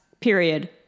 period